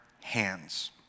hands